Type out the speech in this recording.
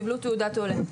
קיבלו תעודת עולה.